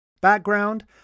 background